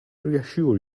reassure